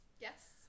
Yes